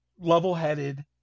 level-headed